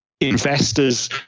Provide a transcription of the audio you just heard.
investors